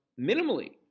minimally